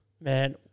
man